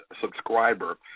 subscriber